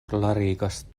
klarigas